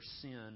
sin